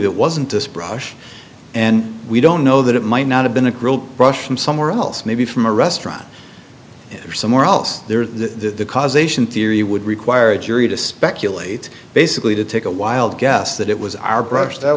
it wasn't this brush and we don't know that it might not have been a group rush from somewhere else maybe from a restaurant or somewhere else there the causation theory would require a jury to speculate basically to take a wild guess that it was our brush that